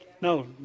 No